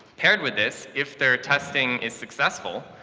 paired with this, if their testing is successful,